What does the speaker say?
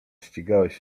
ścigałeś